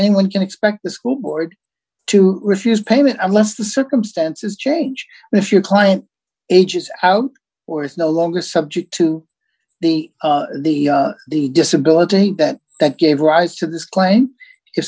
anyone can expect the school board to refuse payment unless the circumstances change and if your client ages out or is no longer subject to the the the disability that that gave rise to this claim